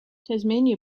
tasmania